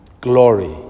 glory